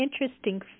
interesting